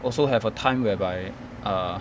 also have a time whereby err